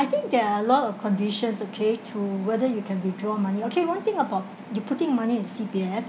I think there are a lot of conditions okay to whether you can withdraw money okay one thing about you putting money in C_P_F